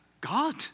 God